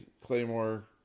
Claymore